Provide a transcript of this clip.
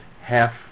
half